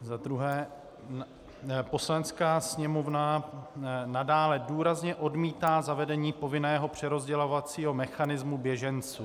Za druhé: Poslanecká sněmovna nadále důrazně odmítá zavedení povinného přerozdělovacího mechanismu běženců.